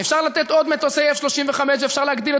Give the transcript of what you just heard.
אפשר לתת עוד מטוסי F-35 ואפשר להגדיל את